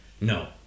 No